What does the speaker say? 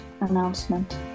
announcement